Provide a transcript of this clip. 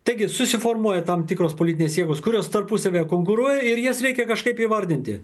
taigi susiformuoja tam tikros politinės jėgos kurios tarpusavyje konkuruoja ir jas reikia kažkaip įvardinti